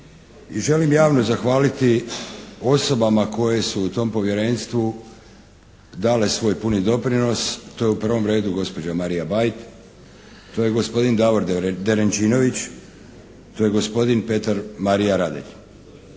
I želim javno zahvaliti osobama koje su u tom Povjerenstvu dale svoj puno doprinos. To je u prvom redu gospođa Marija Bajt, to je gospodin Davor Derenčinović, to je gospodin Petar, Marija Radelj.